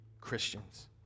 Christians